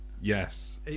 Yes